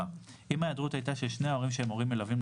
(4)אם ההיעדרות הייתה של שני ההורים שהם הורים מלווים,